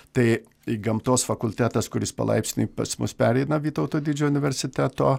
tai į gamtos fakultetas kuris palaipsniui pas mus pereina vytauto didžiojo universiteto